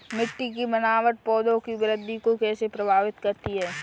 मिट्टी की बनावट पौधों की वृद्धि को कैसे प्रभावित करती है?